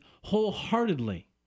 wholeheartedly